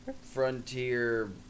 Frontier